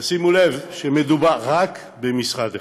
תשימו לב שמדובר רק במשרד אחד.